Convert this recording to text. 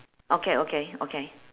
okay okay okay